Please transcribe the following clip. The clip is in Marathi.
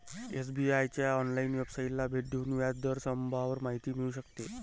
एस.बी.आए च्या ऑनलाइन वेबसाइटला भेट देऊन व्याज दर स्तंभावर माहिती मिळू शकते